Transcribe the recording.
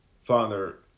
Father